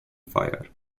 fire